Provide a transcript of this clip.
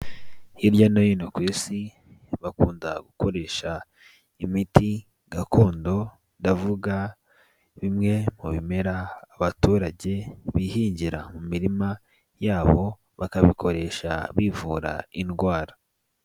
Hirya no hino ku isi bakunda gukoresha imiti gakondo, ndavuga bimwe mu bimera abaturage bihingira mu mirima yabo bakabikoresha bivura indwara.